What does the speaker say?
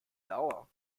lauer